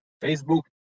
Facebook